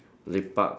lepak